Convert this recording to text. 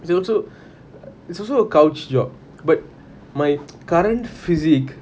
it's also it's also a couch job but my current physique